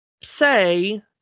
say